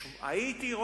הייתי,